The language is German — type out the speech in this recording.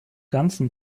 ganzen